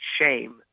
shame